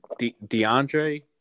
DeAndre